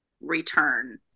return